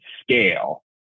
scale